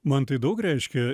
man tai daug reiškia